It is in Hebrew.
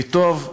וטוב,